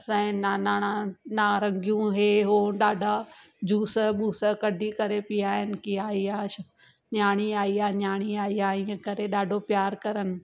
असांजे नानाणा नारंगियूं हीअ हूअ ॾाढा जूस वूस कढी करे पीआरण की आई आश न्याणी आई आहे न्याणी आई आहे ईअं करे ॾाढो प्यारु कनि